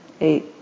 eight